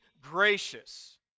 gracious